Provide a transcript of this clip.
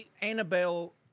Annabelle